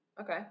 Okay